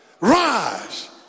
Rise